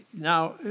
now